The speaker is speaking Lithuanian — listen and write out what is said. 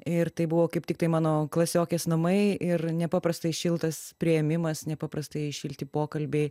ir tai buvo kaip tiktai mano klasiokės namai ir nepaprastai šiltas priėmimas nepaprastai šilti pokalbiai